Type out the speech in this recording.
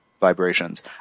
vibrations